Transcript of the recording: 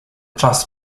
czas